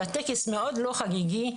בטקס מאוד לא חגיגי,